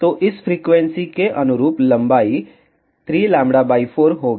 तो इस फ्रीक्वेंसी के अनुरूप लंबाई 3λ 4 होगी